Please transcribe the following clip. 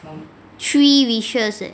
three wishes eh